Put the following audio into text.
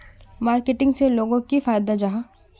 Marketing से लोगोक की फायदा जाहा?